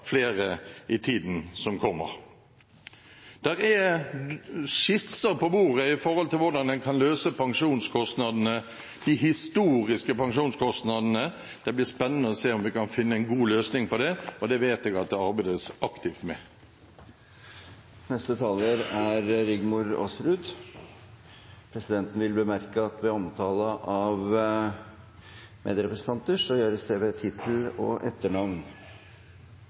flere i tiden som kommer. Det er skisser på bordet når det gjelder hvordan en kan løse pensjonskostnadene, de historiske pensjonskostnadene. Det blir spennende å se om vi kan finne en god løsning for det, og det vet jeg at det arbeides aktivt med. Presidenten vil bemerke at omtale av medrepresentanter gjøres ved tittel og etternavn.